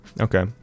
okay